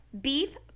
beef